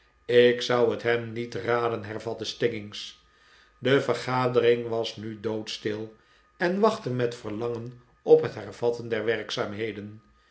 ik zou het hem niet raden hervatte stiggins de vergadering was nu doodstil en wachtte met verlangen op het hervatten der werkzaamheden